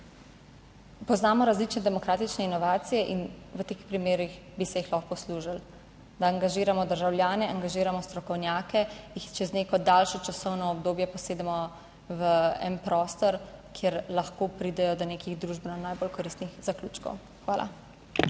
Poznamo različne demokratične inovacije in v teh primerih bi se jih lahko poslužili, da angažiramo državljane, angažiramo strokovnjake, jih čez neko daljše časovno obdobje posedemo v en prostor, kjer lahko pridejo do nekih družbeno najbolj koristnih zaključkov. Hvala.